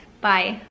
Bye